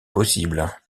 possible